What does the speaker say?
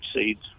seeds